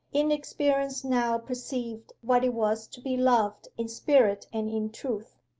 inexperience now perceived what it was to be loved in spirit and in truth!